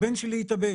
הבן שלי התאבד